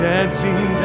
Dancing